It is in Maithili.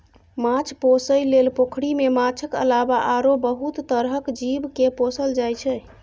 माछ पोसइ लेल पोखरि मे माछक अलावा आरो बहुत तरहक जीव केँ पोसल जाइ छै